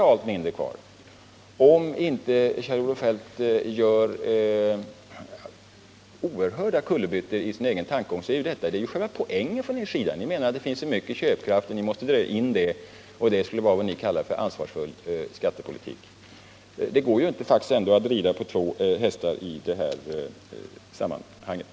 Annars måste Kjell-Olof Feldt göra oerhörda kullerbyttor i sin egen tankegång. Och detta är ju själva poängen från er sida. Ni menar att köpkraften är för stor och att vi måste minska den. Och det skulle vara vad ni kallar en ansvarsfull skattepolitik. Men det går faktiskt inte att rida på två hästar samtidigt.